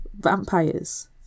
vampires